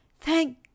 Thank